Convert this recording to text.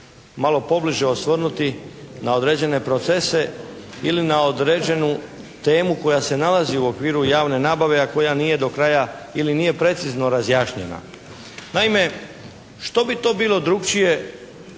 malo pobliže osvrnuti na određene procese ili na određenu temu koja se nalazi u okviru javne nabave a koja nije do kraja ili nije precizno razjašnjena. Naime što bi to bilo drukčije,